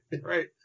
Right